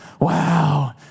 Wow